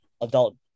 adult